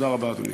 תודה רבה, אדוני.